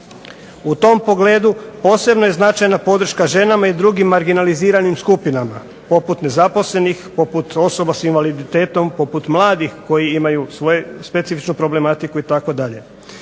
U tom pogledu posebno je značajna podrška ženama i drugim marginaliziranim skupinama, poput nezaposlenih, poput osobe sa invaliditetom, poput mladih koji imaju svoju specifičnu problematiku itd.